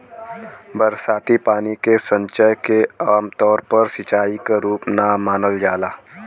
बरसाती पानी के संचयन के आमतौर पर सिंचाई क रूप ना मानल जाला